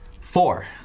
Four